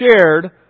shared